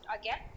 again